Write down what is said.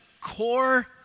core